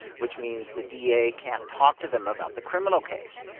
which means the da can't talk to them about the criminal case.